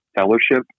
fellowship